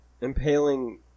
impaling